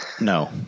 No